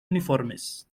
uniformes